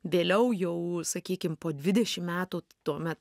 vėliau jau sakykim po dvidešim metų tuomet